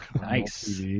Nice